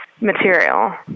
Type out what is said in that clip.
material